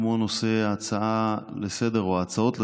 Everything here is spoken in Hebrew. כמו נושא ההצעה לסדר-היום או ההצעות לסדר-היום,